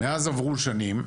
מאז עברו שנים,